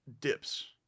dips